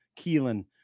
Keelan